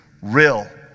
Real